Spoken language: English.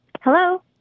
Hello